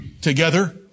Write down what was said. together